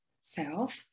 self